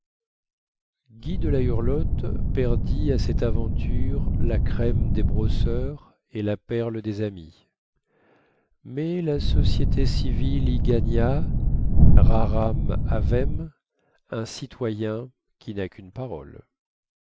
de la hurlotte perdit à cette aventure la crème des brosseurs et la perle des amis mais la société civile y gagna raram avem un citoyen qui na quune parole